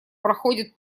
проходят